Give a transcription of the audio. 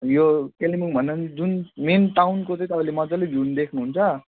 यो कालिम्पोङ भन्दा पनि जुन मेन टाउनको चाहिँ तपाईँले मजाले भ्यु देख्नुहुन्छ